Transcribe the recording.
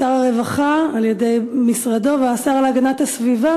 שר הרווחה על-ידי משרדו והשר להגנת הסביבה